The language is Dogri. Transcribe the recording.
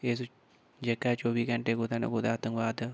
जेह्का चौह्बी घैंटे कुतै न कुतै आतंकवाद